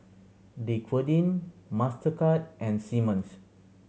Dequadin Mastercard and Simmons